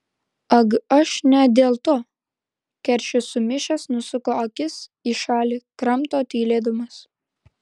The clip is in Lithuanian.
ag aš ne dėl to keršis sumišęs nusuko akis į šalį kramto tylėdamas